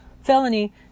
felony